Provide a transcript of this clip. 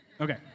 Okay